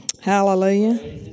hallelujah